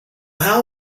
how